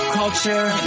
culture